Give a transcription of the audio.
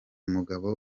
mugabo